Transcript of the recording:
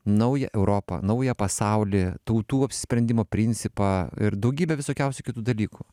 naują europą naują pasaulį tautų apsisprendimo principą ir daugybę visokiausių kitų dalykų